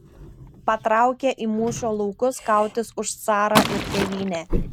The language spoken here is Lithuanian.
patraukė į mūšio laukus kautis už carą ir tėvynę